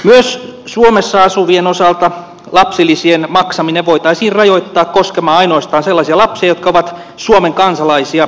myös suomessa asuvien osalta lapsilisien maksaminen voitaisiin rajoittaa koskemaan ainoastaan sellaisia lapsia jotka ovat suomen kansalaisia